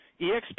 EXP